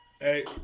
Hey